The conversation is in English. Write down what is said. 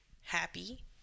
happy